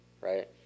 right